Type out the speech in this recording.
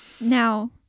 Now